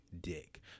dick